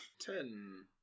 Ten